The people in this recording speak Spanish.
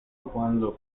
cuando